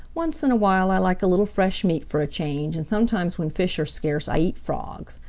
once in a while i like a little fresh meat for a change, and sometimes when fish are scarce i eat frogs,